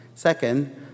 Second